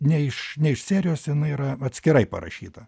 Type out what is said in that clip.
ne iš ne iš serijos jinai yra atskirai parašyta